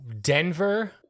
Denver